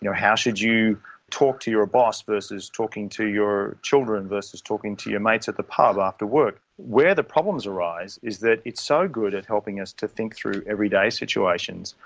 how should you talk to your boss versus talking to your children versus talking to your mates at the pub after work. where the problems arise is that it's so good at helping us to think through everyday situations,